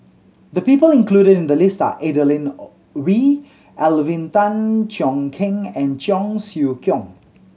the people included in the list are Adeline Ooi Alvin Tan Cheong Kheng and Cheong Siew Keong